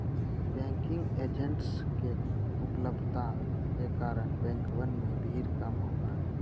banking agents के उपलब्धता के कारण बैंकवन में भीड़ कम होबा हई